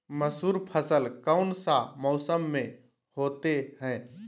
मसूर फसल कौन सा मौसम में होते हैं?